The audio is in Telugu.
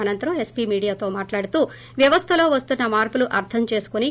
అనంతరం ఎస్సీ మీడియాతో మాట్లాడుతూ వ్యవస్లలో వస్తున్న మార్పులు అర్ధం చేసికొని